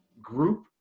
group